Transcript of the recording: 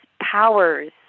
powers